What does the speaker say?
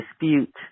dispute